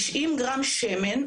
90 גרם שמן,